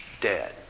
dead